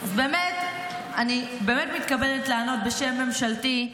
אז באמת, אני מתכוונת לענות בשם ממשלתי,